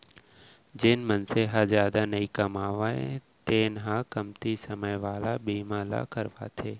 जेन मनसे ह जादा नइ कमावय तेन ह कमती समे वाला बीमा ल करवाथे